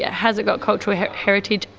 yeah has it got cultural heritage?